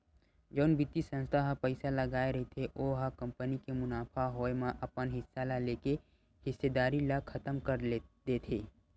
जउन बित्तीय संस्था ह पइसा लगाय रहिथे ओ ह कंपनी के मुनाफा होए म अपन हिस्सा ल लेके हिस्सेदारी ल खतम कर देथे